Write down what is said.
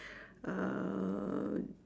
uh